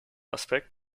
aspekt